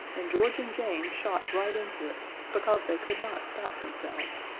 and george and jane shot right into it because they could not stop themselves,